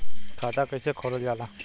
खाता कैसे खोलल जाला?